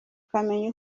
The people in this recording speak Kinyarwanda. ukamenya